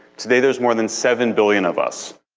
today there's more than seven billion of us.